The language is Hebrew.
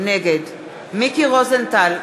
נגד מיקי רוזנטל,